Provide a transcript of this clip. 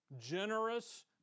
generous